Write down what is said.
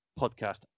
podcast